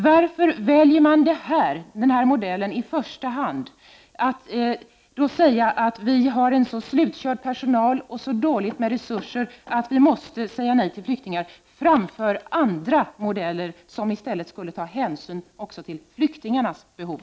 Varför väljer man denna modell i första hand, att säga att vår perso nal är så slutkörd och att vi har så dåligt med resurser att vi måste säga nej till flyktingar, framför andra modeller som i stället skulle ta hänsyn också till flyktingarnas behov?